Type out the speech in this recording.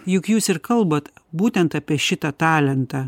juk jūs ir kalbat būtent apie šitą talentą